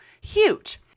Huge